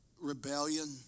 rebellion